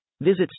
Visit